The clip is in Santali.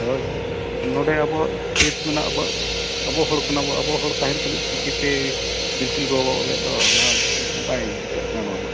ᱦᱳᱭ ᱦᱳᱭ ᱱᱚᱰᱮ ᱟᱵᱚ ᱥᱤᱴ ᱢᱮᱱᱟᱜ ᱟᱵᱚᱣᱟᱜ ᱟᱵᱚ ᱦᱚᱲ ᱠᱟᱱᱟ ᱵᱚᱱ ᱟᱵᱚ ᱦᱚᱲ ᱛᱟᱦᱮᱱ ᱛᱩᱞᱩᱡ ᱪᱤᱠᱤᱛᱮ ᱵᱟᱵᱚᱱ ᱚᱞᱮᱜ ᱫᱚ ᱚᱱᱟ ᱵᱟᱭ ᱡᱩᱛᱩᱜ ᱠᱟᱱᱟ ᱚᱱᱟ ᱢᱟ